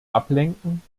ablenken